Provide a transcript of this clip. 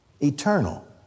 eternal